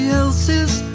else's